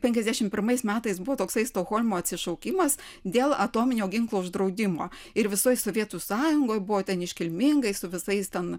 penkiasdešimt pirmais metais buvo toksai stokholmo atsišaukimas dėl atominio ginklo uždraudimo ir visoj sovietų sąjungoj buvo ten iškilmingai su visais ten